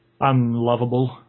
unlovable